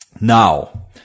now